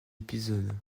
épisodes